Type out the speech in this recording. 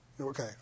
Okay